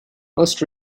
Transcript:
most